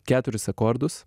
keturis akordus